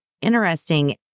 interesting